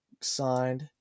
signed